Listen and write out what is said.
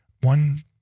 one